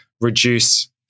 reduce